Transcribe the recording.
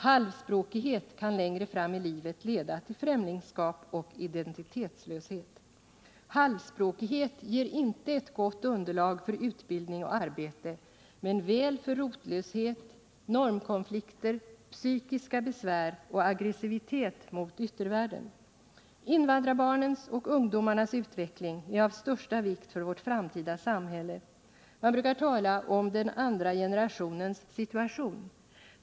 ”Halvspråkighet” kan längre fram i livet leda till främlingskap och identitetslöshet. ”Halvspråkighet” ger inte ett gott underlag för utbildning och arbete men väl för rotlöshet, normkonflikter, psykiska besvär och aggressivitet mot yttervärlden. Invandrarbarnens och ungdomarnas utveckling är av största vikt för vårt framtida samhälle. Man brukar tala om den ”andra generationens” situation.